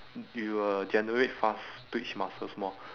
you will generate fast twitch muscles more